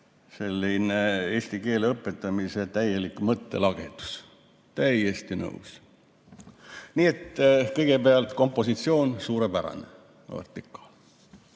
selline eesti keele õpetamise täielik mõttelagedus. Täiesti nõus. Nii et kõigepealt kompositsioon oli suurepärane. Kui